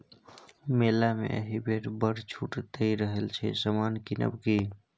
मेला मे एहिबेर बड़ छूट दए रहल छै समान किनब कि?